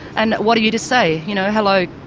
and what are you to say? you know, hello,